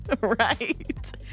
Right